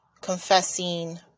confessing